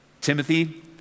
Timothy